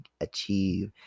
achieve